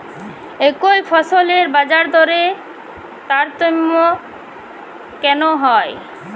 একই ফসলের বাজারদরে তারতম্য কেন হয়?